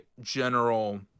general